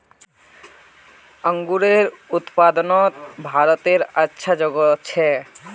अन्गूरेर उत्पादनोत भारतेर अच्छा जोगोह छे